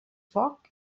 foc